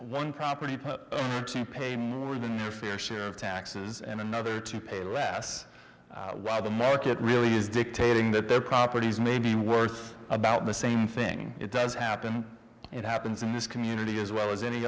one property to pay more than their fair share of taxes and another to pay last i why the market really is dictating that their properties may be worth about the same thing it does happen it happens in this community as well as any